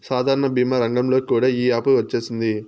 సాధారణ భీమా రంగంలోకి కూడా ఈ యాపు వచ్చేసింది